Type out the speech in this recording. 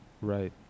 Right